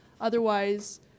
Otherwise